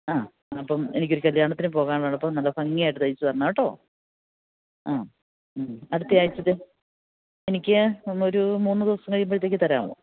ആ അപ്പം എനിക്കൊരു കല്യാണത്തിനു പോകാനുള്ളതാണ് അപ്പം നല്ല ഭംഗിയായിട്ട് തയ്ച്ചുതരണം കേട്ടോ ആ മ്മ് അടുത്തയാഴ്ചത്തെ എനിക്ക് ഒന്നൊരു മൂന്നു ദിവസം കഴിയുമ്പോഴത്തേക്ക് തരാമോ